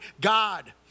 God